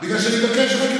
בגלל שאני מבקש ממך,